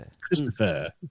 Christopher